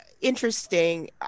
interesting